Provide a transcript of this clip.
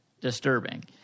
disturbing